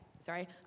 sorry